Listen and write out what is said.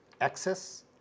access